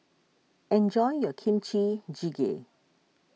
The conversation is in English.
enjoy your Kimchi Jjigae